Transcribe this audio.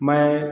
मैं